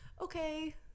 okay